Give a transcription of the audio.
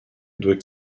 doit